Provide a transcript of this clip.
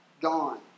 gone